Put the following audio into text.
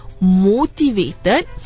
motivated